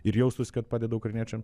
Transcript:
ir jaustųsi kad padeda ukrainiečiam